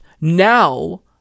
Now